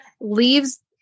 leaves